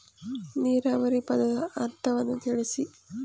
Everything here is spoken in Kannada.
ನೀರಾವರಿ ಪದದ ಅರ್ಥವನ್ನು ತಿಳಿಸಿ?